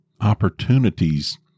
opportunities